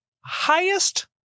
highest